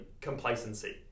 complacency